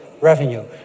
revenue